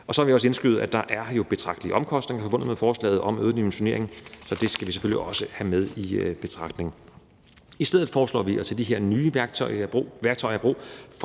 Og så vil jeg også indskyde, at der jo er betragtelige omkostninger forbundet med forslaget om øget dimensionering, så det skal vi selvfølgelig også have med i betragtning. I stedet foreslår vi altså at tage de her nye værktøjer i brug: